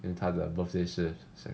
then 她的 birthdays